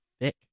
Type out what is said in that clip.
thick